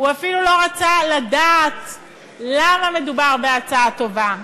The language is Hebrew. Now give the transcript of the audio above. הוא אפילו לא רצה לדעת למה מדובר בהצעה טובה.